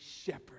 shepherd